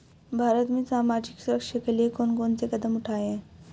भारत में सामाजिक सुरक्षा के लिए कौन कौन से कदम उठाये हैं?